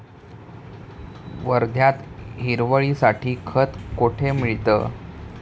वर्ध्यात हिरवळीसाठी खत कोठे मिळतं?